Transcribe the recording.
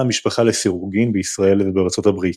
המשפחה לסירוגין בישראל ובארצות הברית.